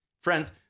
Friends